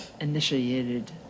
initiated